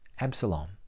Absalom